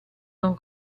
non